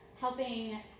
helping